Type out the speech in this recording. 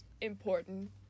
important